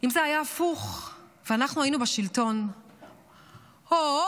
אם זה היה הפוך ואנחנו היינו בשלטון, הו,